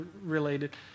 related